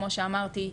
כמו שאמרתי,